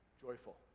joyful